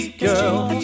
girl